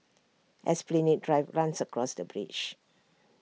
Esplanade Drive runs across the bridge